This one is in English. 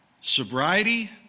sobriety